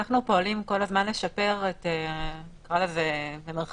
אנחנו פועלים כל הזמן לשפר את "חווית המשתמשים",